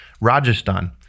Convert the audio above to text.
rajasthan